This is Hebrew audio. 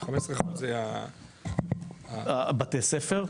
ה-בתי ספר?